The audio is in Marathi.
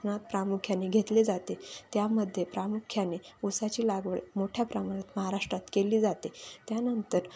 णात प्रामुख्याने घेतले जाते त्यामध्ये प्रामुख्याने ऊसाची लागवड मोठ्या प्रमाणात महाराष्ट्रात केली जाते त्यानंतर